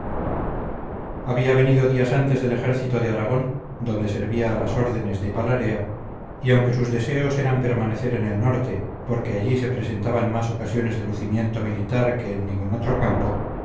había venido días antes del ejército de aragón donde servía a las órdenes de palarea y aunque sus deseos eran permanecer en el norte porque allí se presentaban más ocasiones de lucimiento militar que en ningún otro campo